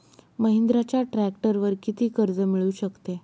महिंद्राच्या ट्रॅक्टरवर किती कर्ज मिळू शकते?